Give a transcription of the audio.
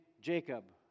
Jacob